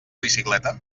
bicicleta